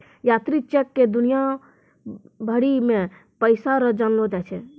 यात्री चेक क दुनिया भरी मे पैसा रो जानलो जाय छै